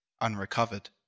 Unrecovered